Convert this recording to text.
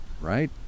right